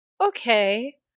okay